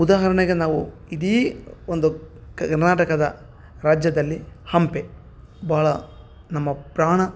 ಉದಾಹರಣೆಗೆ ನಾವು ಇಡೀ ಒಂದು ಕರ್ನಾಟಕದ ರಾಜ್ಯದಲ್ಲಿ ಹಂಪೆ ಭಾಳ ನಮ್ಮ ಪ್ರಾಣ